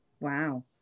Wow